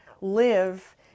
live